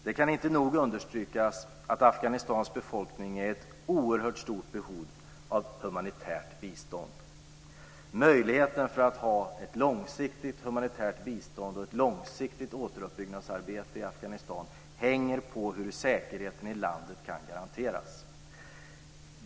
Det kan inte nog understrykas att Afghanistans befolkning har ett oerhört stort behov av humanitärt bistånd. Möjligheterna att genomföra ett långsiktigt bistånd och ett långsiktigt återuppbyggnadsarbete i Afghanistan hänger på hur säkerheten i landet kan garanteras.